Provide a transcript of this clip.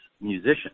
musician